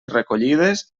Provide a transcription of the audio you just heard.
recollides